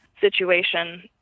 situation